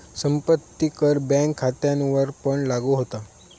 संपत्ती कर बँक खात्यांवरपण लागू होता